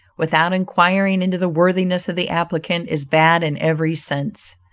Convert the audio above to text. without inquiring into the worthiness of the applicant, is bad in every sense.